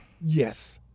Yes